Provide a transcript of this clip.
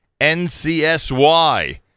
NCSY